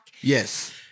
Yes